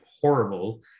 horrible